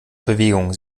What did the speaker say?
bewegung